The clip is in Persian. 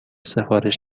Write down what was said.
سفارش